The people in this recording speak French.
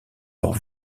ports